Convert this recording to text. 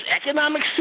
economic